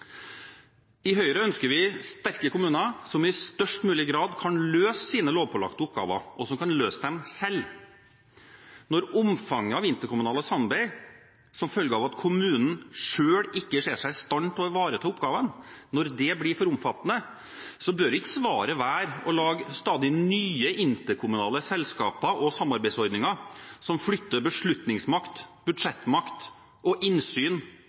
I Høyre ønsker vi sterke kommuner som i størst mulig grad kan løse sine lovpålagte oppgaver, og som kan løse dem selv. Når omfanget av interkommunalt samarbeid som følge av at kommunen selv ikke ser seg i stand til å ivareta oppgavene, blir for omfattende, bør ikke svaret være å lage stadig nye interkommunale selskaper og samarbeidsordninger som flytter beslutningsmakt, budsjettmakt og innsyn